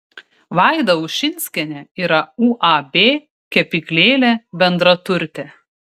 vaida ušinskienė yra uab kepyklėlė bendraturtė